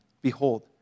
Behold